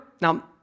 Now